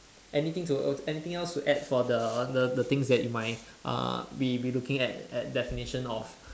anything to anything else to add for the the the things that you might uh be be looking at at definition of